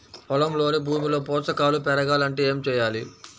పొలంలోని భూమిలో పోషకాలు పెరగాలి అంటే ఏం చేయాలి?